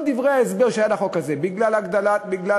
כל דברי ההסבר לחוק הזה: בגלל היציבות,